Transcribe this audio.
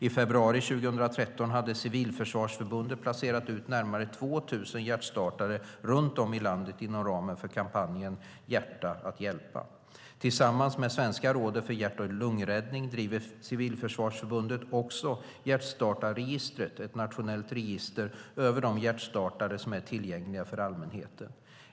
I februari 2013 hade Civilförsvarsförbundet placerat ut närmare 2 000 hjärtstartare runt om i landet inom ramen för kampanjen Hjärta att hjälpa. Tillsammans med Svenska rådet för hjärt-lungräddning driver Civilförsvarsförbundet också Hjärtstartarregistret, ett nationellt register över de hjärtstartare som är tillgängliga för allmänheten.